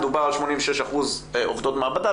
מדובר על 86% עובדות מעבדה,